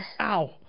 Ow